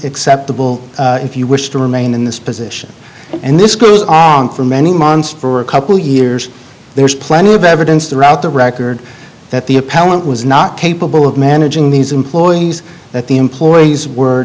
acceptable if you wish to remain in this position and this goes on for many months for a couple years there is plenty of evidence throughout the record that the appellant was not capable of managing these employees that the employees were